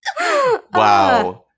Wow